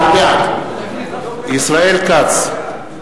ישראל כץ,